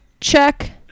check